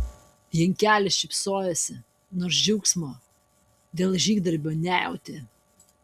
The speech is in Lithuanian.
jankelis šypsojosi nors džiaugsmo dėl žygdarbio nejautė